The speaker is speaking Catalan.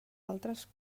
altres